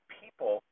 people